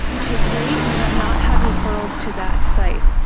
today, we have not had referrals to that site.